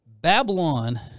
Babylon